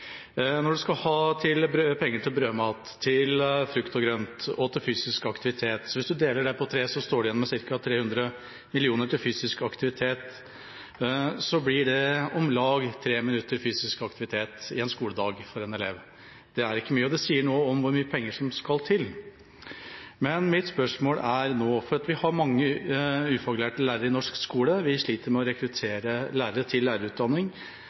Når man skal ha penger til brødmat, til frukt og grønt og til fysisk aktivitet og deler det på tre, står man igjen med ca. 300 mill. kr til fysisk aktivitet. Det blir om lag tre minutter fysisk aktivitet i løpet av en skoledag for én elev. Det er ikke mye, og det sier noe om hvor mye penger som skal til. Men mitt spørsmål er nå – for vi har mange ufaglærte lærere i norsk skole, og vi sliter med å rekruttere til lærerutdanning